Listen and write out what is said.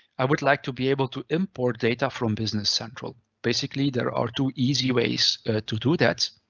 i would like to be able to import data from business central. basically, there are two easy ways to do that.